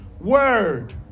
word